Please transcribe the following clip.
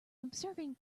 observing